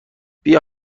بیا